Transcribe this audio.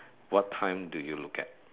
what time do you look at